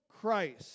Christ